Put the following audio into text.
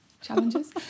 challenges